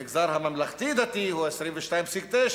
במגזר הממלכתי-דתי הוא 22.9,